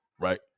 right